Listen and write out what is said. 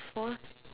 four